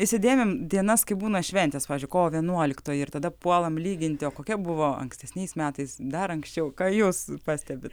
įsidėmim dienas kai būna šventės pavyzdžiui kovo vienuoliktoji ir tada puolam lyginti kokia buvo ankstesniais metais dar anksčiau ką jūs pastebit